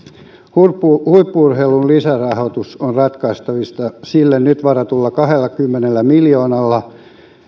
huippu huippu urheilun lisärahoitus on ratkaistavissa sille nyt varatulla kahdellakymmenellä miljoonalla